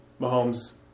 Mahomes